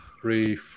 three